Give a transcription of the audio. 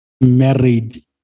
married